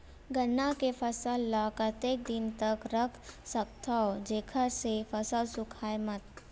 गन्ना के फसल ल कतेक दिन तक रख सकथव जेखर से फसल सूखाय मत?